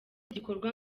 igikorwa